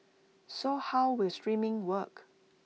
so how will streaming work